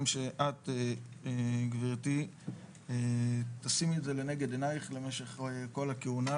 שאת גברתי תשימי את זה לנגד עינייך למשך כל הכהונה,